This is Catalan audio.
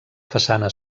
façana